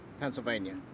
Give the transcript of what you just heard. Pennsylvania